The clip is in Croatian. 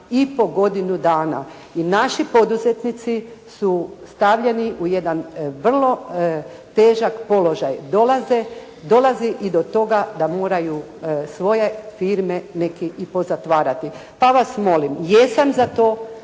i po godinu dana i naši poduzetnici su stavljeni u jedan vrlo težak položaj. Dolazi i do toga da moraju svoje firme neki i pozatvarati. Pa vas molim, jesam za to